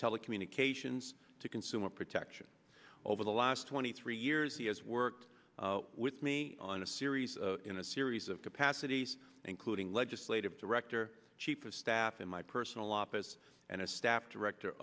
telecommunications to consumer protection over the last twenty three years he has worked with me on a series of in a series of capacities booting legislative director chief of staff in my personal office and a staff director